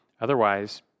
Otherwise